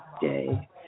day